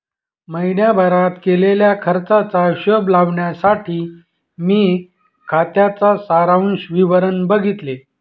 महीण्याभारत केलेल्या खर्चाचा हिशोब लावण्यासाठी मी खात्याच सारांश विवरण बघितले